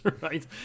right